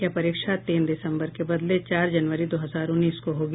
यह परीक्षा तीस दिसम्बर के बदले चार जनवरी दो हजार उन्नीस को होगी